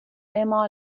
اِما